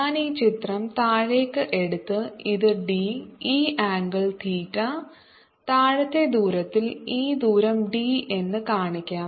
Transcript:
ഞാൻ ഈ ചിത്രം താഴേക്കു എടുത്ത് ഇത് d ഈ ആംഗിൾ തീറ്റ താഴത്തെ ദൂരത്തിൽ ഈ ദൂരം d എന്ന് കാണിക്കാം